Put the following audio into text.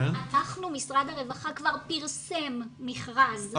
משרד הרווחה כבר פרסם מכרז,